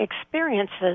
Experiences